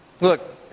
Look